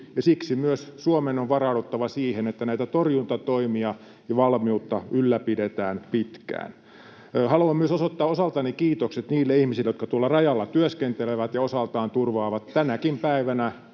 siksi myös Suomen on varauduttava siihen, että näitä torjuntatoimia ja valmiutta ylläpidetään pitkään. Haluan myös osoittaa osaltani kiitokset niille ihmisille, jotka tuolla rajalla työskentelevät ja osaltaan turvaavat tänäkin päivänä